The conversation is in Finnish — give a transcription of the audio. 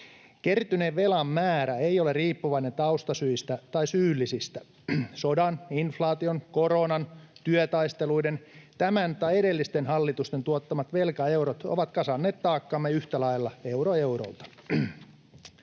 Kertyneen velan määrä ei ole riippuvainen taustasyistä tai syyllisistä. Sodan, inflaation, koronan, työtaisteluiden, tämän ja edellisten hallitusten tuottamat velkaeurot ovat kasanneet taakkaamme yhtä lailla euro eurolta.